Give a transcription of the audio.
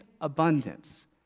abundance—